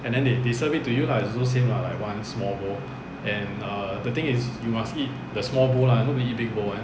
and then they they serve it to you lah it's also same lah like one small bowl and err the thing is you must eat the small bowl lah nobody eat big bowl [one]